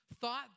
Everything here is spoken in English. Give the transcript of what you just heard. thought